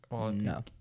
No